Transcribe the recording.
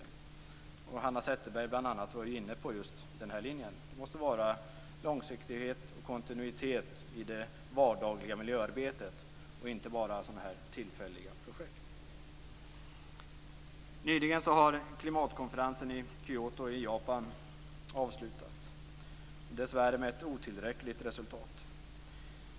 Bl.a. Hanna Zetterberg var ju inne på just den linjen. Det måste vara långsiktighet och kontinuitet i det vardagliga miljöarbetet och inte bara tillfälliga projekt. Nyligen har klimatkonferensen i Kyoto i Japan avslutats, dessvärre med ett otillräckligt resultat.